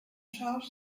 charge